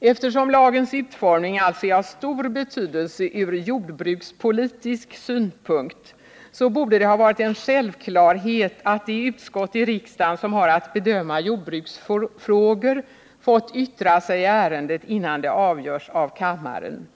Eftersom lagens utformning alltså är av stor betydelse från jordbrukspolitisk synpunkt borde det ha varit en självklarhet att det utskott i riksdagen som har att bedöma jordbruksfrågor fått yttra sig i ärendet, innan det avgörs av kammaren.